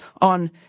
on